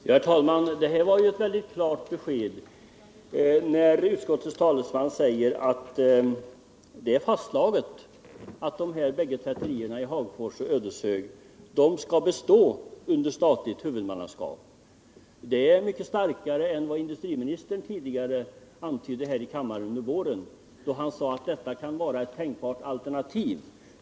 Herr talman! Det var ju ett klart besked när utskottets talesman säger = tvätterier att det är fastslaget att de båda tvätterierna i Hagfors och Ödeshög skall bestå under statligt huvudmannaskap. Det är starkare än vad industriministern antydde här i kammaren under våren, då han sade att detta kunde vara ett tänkbart alternativ.